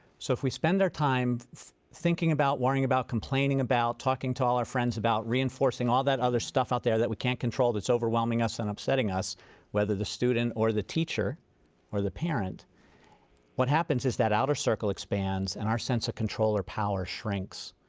so if we spend our time thinking about, worrying about, complaining about, talking to all our friends about, reinforcing all that other stuff out there that we can't control that's overwhelming us and upsetting us whether the student or the teacher or the parent what happens is that outer circle expands and our sense of control or power shrinks.